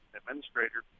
administrator